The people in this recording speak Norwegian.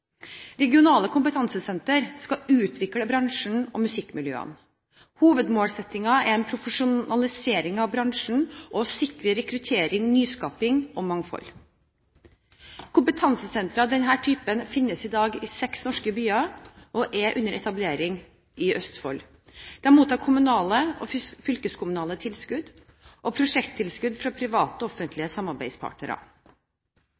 Regionale kompetansesentre skal utvikle bransjen og musikkmiljøene. Hovedmålsettingen er en profesjonalisering av bransjen og å sikre rekruttering, nyskaping og mangfold. Kompetansesentre av denne typen finnes i dag i seks norske byer, og er under etablering i Østfold. De mottar kommunale og fylkeskommunale tilskudd og prosjekttilskudd fra private